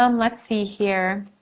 um let's see here.